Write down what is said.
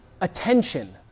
attention